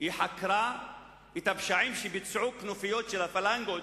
היא חקרה את הפשעים שביצעו כנופיות של הפלנגות